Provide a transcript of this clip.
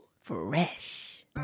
Fresh